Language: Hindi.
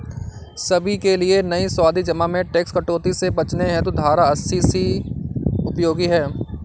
सभी के लिए नई सावधि जमा में टैक्स कटौती से बचने हेतु धारा अस्सी सी उपयोगी है